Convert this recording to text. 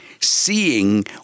seeing